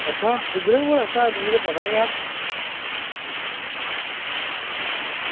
अच्छा इद्धरें बी रस्ता ऐ मिगी ते पता निं ऐ